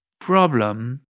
problem